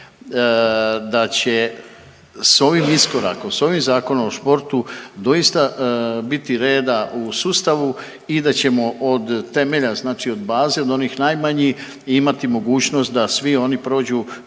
da će s ovim iskorakom, s ovim Zakonom o sportu doista biti reda u sustavu i da ćemo od temelja, znači od baze od onih najmanjih imati mogućnost da svi oni prođu